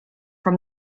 from